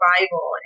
Bible